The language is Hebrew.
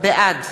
בעד